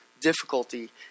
difficulty